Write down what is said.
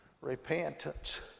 repentance